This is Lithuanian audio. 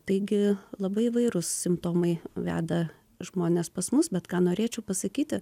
taigi labai įvairūs simptomai veda žmones pas mus bet ką norėčiau pasakyti